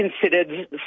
considered